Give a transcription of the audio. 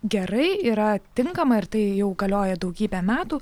gerai yra tinkama ir tai jau galioja daugybę metų